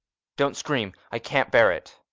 don't scream. i can't bear it.